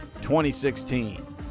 2016